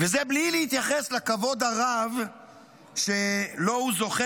וזה בלי להתייחס לכבוד הרב שהוא זוכה